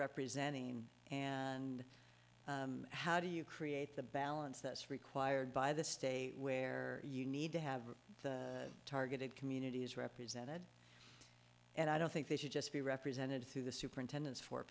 representing and how do you create the balance that's required by the state where you need to have a targeted community is represented and i don't think they should just be represented through the superintendents for